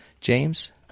James